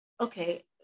okay